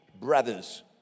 brothers